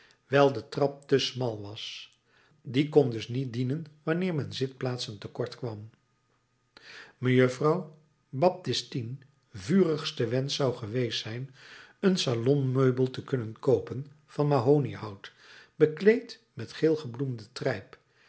wijl de trap te smal was die kon dus niet dienen wanneer men zitplaatsen te kort kwam mejuffrouw baptistines vurigste wensch zou geweest zijn een salonmeubel te kunnen koopen van mahoniehout bekleed met geelgebloemd trijp